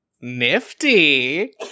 Nifty